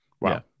Wow